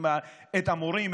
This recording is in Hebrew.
את המורים,